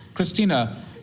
Christina